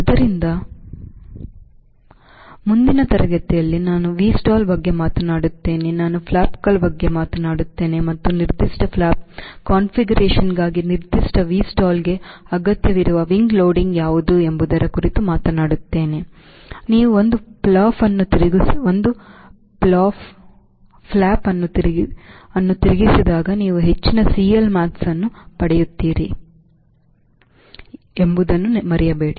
ಆದ್ದರಿಂದ ಮುಂದಿನ ತರಗತಿಯಲ್ಲಿ ನಾನು Vstall ಬಗ್ಗೆ ಮಾತನಾಡುತ್ತೇನೆ ನಾನು ಫ್ಲಾಪ್ಗಳ ಬಗ್ಗೆ ಮಾತನಾಡುತ್ತೇನೆ ಮತ್ತು ನಿರ್ದಿಷ್ಟ ಫ್ಲಾಪ್ ಕಾನ್ಫಿಗರೇಶನ್ಗಾಗಿ ನಿರ್ದಿಷ್ಟ Vstall ಗೆ ಅಗತ್ಯವಿರುವ wing ಲೋಡಿಂಗ್ ಯಾವುದು ಎಂಬುದರ ಕುರಿತು ಮಾತನಾಡುತ್ತೇನೆ ನೀವು ಒಂದು ಫ್ಲಾಪ್ ಅನ್ನು ತಿರುಗಿಸಿದಾಗ ನೀವು ಹೆಚ್ಚಿನ CL maxವನ್ನು ಪಡೆಯುತ್ತೀರಿ ಎಂಬುದನ್ನು ಮರೆಯಬೇಡಿ